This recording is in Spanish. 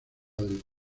del